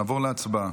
נעבור להצבעה.